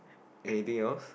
anything else